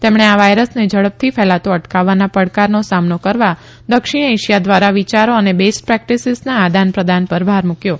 તેમણે આ વાયરસને ઝડપથી ફેલાતો અટકાવવાના પડકારનો સામનો કરવા દક્ષિણ એશિથા વિયારો અને બેસ્ટ પ્રેકટીસીસના આદાન પ્રદાન પર ભાર મુકથો